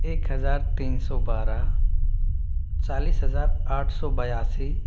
एक हजार तीन सौ बारह चालीस हजार आठ सौ बयासी